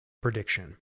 prediction